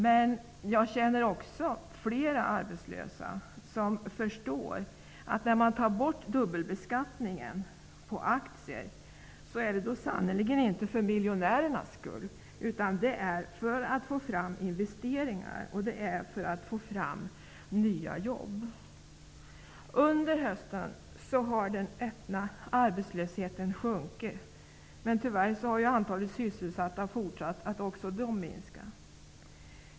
Men jag känner också flera arbetslösa som förstår att det sannerligen inte är för miljonärers skull som regeringen vill ta bort dubbelbeskattning på aktier utan för att få fram investeringar och nya jobb. Under hösten har den öppna arbetslösheten sjunkit, men tyvärr har antalet sysselsatta också fortsatt att minska.